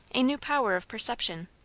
a new power of perception,